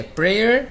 prayer